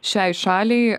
šiai šaliai